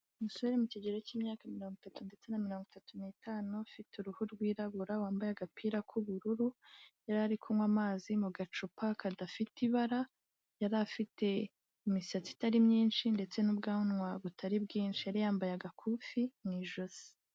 Umusore mu kigero cy'imyaka mirongo itatu ndetse na mirongo itatu n'itanu ufite uruhu rwirabura, wambaye agapira k'ubururu, yari ari kunywa amazi mu gacupa kadafite ibara, yari afite imisatsi itari myinshi ndetse n'ubwanwa butari bwinshi, yari yambaye agakufi mu ijosi.